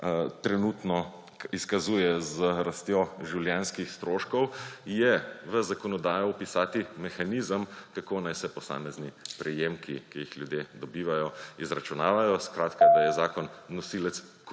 trenutno izkazuje z rastjo življenjskih stroškov, je v zakonodajo vpisati mehanizem, kako naj se posamezni prejemki, ki jih ljudje dobivajo, izračunavajo; skratka, da je zakon nosilec